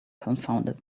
confounded